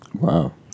Wow